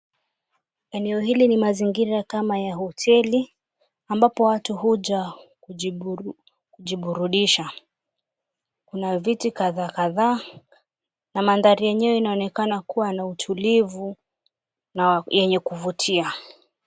Eneo hili ni mazingira kama ya hoteli ambapo watu huja kujiburudisha, kuna viti kadha kadha na maandhari yenyewe inaonekana kuwa na utulivu yenye kuvutia.